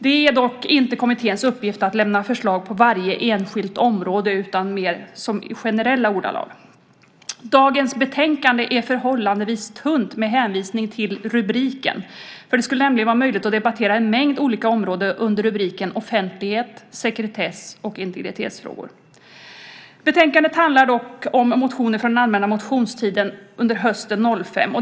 Det är dock inte kommitténs uppgift att lämna förslag på varje enskilt område utan mer generellt. Det här KU-betänkandet är förhållandevis tunt i förhållande till rubriken. Det skulle nämligen vara möjligt att debattera en mängd olika områden under rubriken Offentlighet och sekretess samt integritetsfrågor. Betänkandet handlar dock om motioner från den allmänna motionstiden hösten 2005.